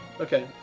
Okay